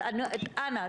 אז אנא,